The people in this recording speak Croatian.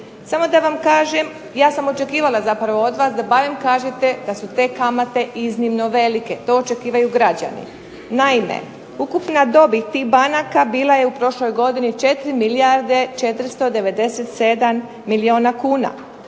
Samo da vam kažem, ja sam očekivali zapravo od vas da barem kažete da su te kamate iznimno velike, to očekivaju građani. Naime, ukupna dobit tih banaka bila je u prošloj godini bila je 4 milijarde 497 milijuna kuna.